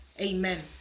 Amen